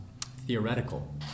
theoretical